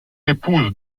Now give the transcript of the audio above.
épouse